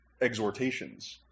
exhortations